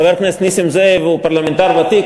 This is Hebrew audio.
חבר הכנסת נסים זאב הוא פרלמנטר ותיק,